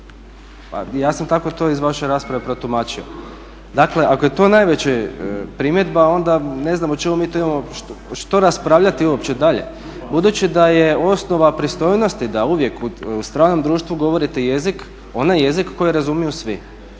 ja sam tako to iz vaše rasprave protumačio, dakle ako je to najveća primjedba onda ne znam o čemu mi imamo raspravljati uopće dalje. Budući da je osnova pristojnosti da uvijek u stranom društvu onaj jezik koji razumiju svi,